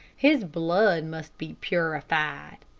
his blood must be purified.